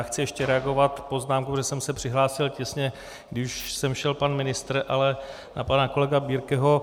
Chci ještě reagovat poznámkou, kde jsem se přihlásil těsně, když už sem šel pan ministr, ale na pana kolegu Birkeho.